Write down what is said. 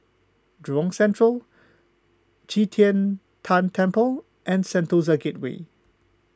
Jurong Central Qi Tian Tan Temple and Sentosa Gateway